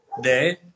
day